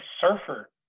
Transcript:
surfer